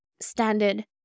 standard